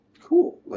cool